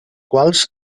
quals